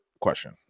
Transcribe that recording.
question